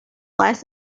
less